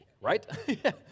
Right